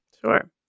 Sure